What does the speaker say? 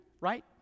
right